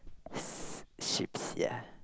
s~ sheep ya